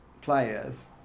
players